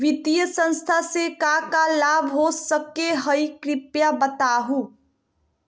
वित्तीय संस्था से का का लाभ हो सके हई कृपया बताहू?